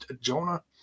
Jonah